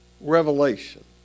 revelation